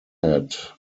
had